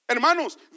hermanos